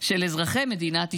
של אזרחי מדינת ישראל.